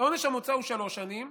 "עונש המוצא הוא שלוש שנים",